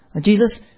Jesus